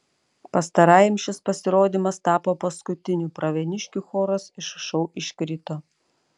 pastarajam šis pasirodymas tapo paskutiniu pravieniškių choras iš šou iškrito